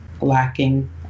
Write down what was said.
lacking